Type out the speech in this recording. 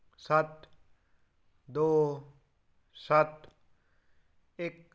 ਸੱਤ ਦੋ ਸੱਤ ਇੱਕ